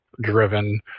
driven